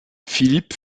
philippe